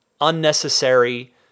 unnecessary